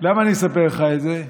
למה אני מספר לך את זה?